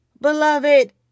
Beloved